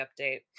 update